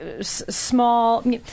small